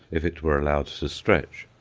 if it were allowed to stretch.